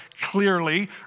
clearly